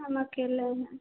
हम अकेले हैं